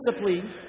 Principally